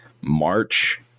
March